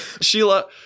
Sheila